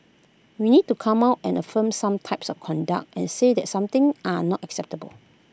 we need to come out and affirm some types of conduct and say that some things are not acceptable